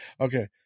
okay